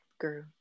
girl